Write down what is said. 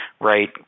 right